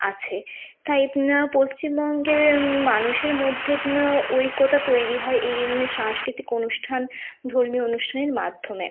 আছে তাই পশ্চিমবঙ্গের মানুষের মধ্যে ঐক্যতা তৈরি হয় এই সাংস্কৃতিক অনুষ্ঠান ধর্মীয় অনুষ্ঠানের মাধ্যমে